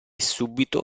subito